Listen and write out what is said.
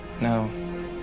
No